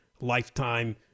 lifetime